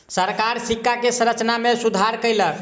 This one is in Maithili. सरकार सिक्का के संरचना में सुधार कयलक